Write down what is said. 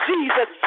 Jesus